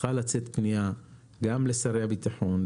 צריכה לצאת פנייה גם לשרי הביטחון,